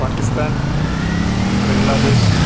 Pakistan Bangladesh